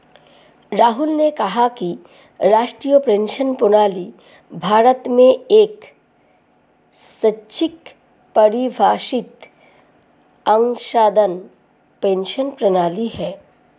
राहुल ने कहा कि राष्ट्रीय पेंशन प्रणाली भारत में एक स्वैच्छिक परिभाषित अंशदान पेंशन प्रणाली है